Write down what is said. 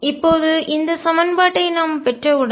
இப்போது இந்த சமன்பாட்டை நாம் பெற்றவுடன்